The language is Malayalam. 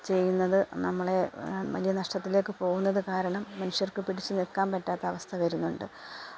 ചെയ്യുന്നത് നമ്മളെ വലിയ നഷ്ടത്തിലേക്ക് പോകുന്നത് കാരണം മനുഷ്യര്ക്ക് പിടിച്ച് നിൽക്കാൻ പറ്റാത്ത അവസ്ഥ വരുന്നുണ്ട്